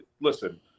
listen